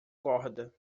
corda